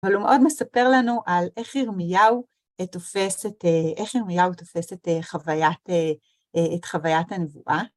אבל הוא מאוד מספר לנו על איך ירמיהו תופס את חוויית הנבואה.